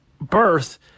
birth